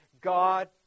God